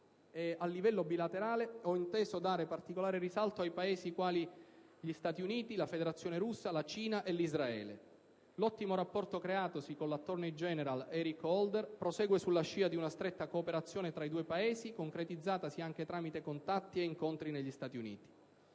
A livello bilaterale, ho inteso dare particolare risalto a Paesi quali gli Stati Uniti, la Federazione Russa, la Cina e Israele. L'ottimo rapporto creatosi con l'Attorney General Eric Holder prosegue sulla scia di una stretta cooperazione tra i due Paesi, concretizzatasi anche tramite contatti ed incontri negli Stati Uniti.